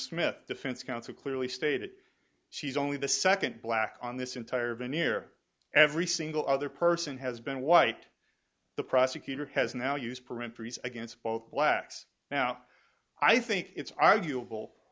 smith defense counsel clearly stated she's only the second black on this entire veneer every single other person has been white the prosecutor has now used against both blacks now i think it's arguable